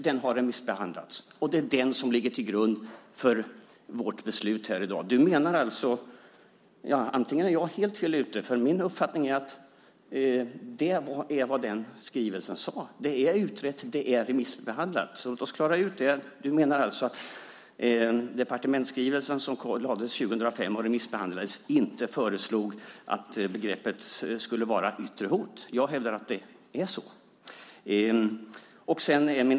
Den har remissbehandlats. Det är den som ligger till grund för vårt beslut här i dag. Jag kanske är helt fel ute. Min uppfattning är att det är vad den skrivelsen sade. Det är utrett, och det är remissbehandlat. Låt oss klara ut det. Du menar alltså att den departementsskrivelse som lades fram 2005 och remissbehandlades inte föreslog att begreppet skulle vara yttre hot. Jag hävdar att det är så.